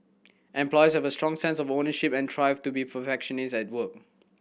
employees have a strong sense of ownership and strive to be perfectionist at work